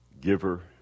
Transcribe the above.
giver